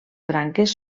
branques